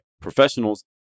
Professionals